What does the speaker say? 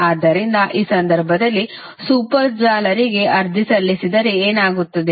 ಆದ್ದರಿಂದ ಈ ಸಂದರ್ಭದಲ್ಲಿ ಸೂಪರ್ ಜಾಲರಿಗೆ ಅರ್ಜಿ ಸಲ್ಲಿಸಿದರೆ ಏನಾಗುತ್ತದೆ